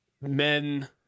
men